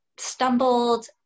stumbled